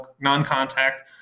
non-contact